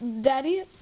Daddy